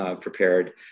prepared